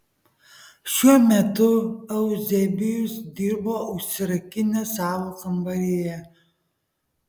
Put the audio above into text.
šiuo metu euzebijus dirbo užsirakinęs savo kambaryje